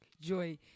joy